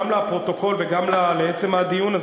גם לפרוטוקול וגם לעצם הדיון הזה.